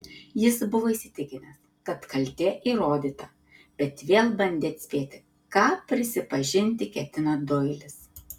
jis buvo įsitikinęs kad kaltė įrodyta bet vėl bandė atspėti ką prisipažinti ketina doilis